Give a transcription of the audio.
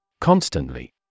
Constantly